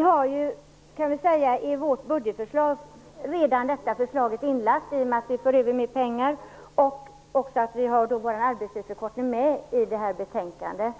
Herr talman! Vi har redan detta förslag inlagt i vårt budgetförslag, i och med att vi för över mer pengar. Vårt förslag om arbetstidsförkortning är också med i betänkandet.